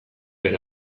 bere